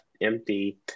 empty